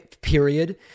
period